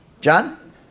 John